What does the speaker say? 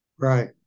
Right